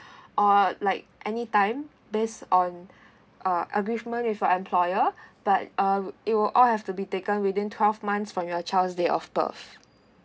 or like any time based on uh agreement with your employer but um it will all have to be taken within twelve months from your child's day of birth